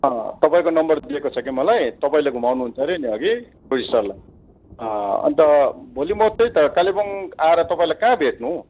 तपाईँको नम्बर दिएको छ कि मलाई तपाईँले घुमाउनु हुन्छ अरे नि टुरिस्टहरूलाई हगि अन्त भोलि म त्यहि त कालेबुङ आएर तपाईँलाई कहाँ भेट्नु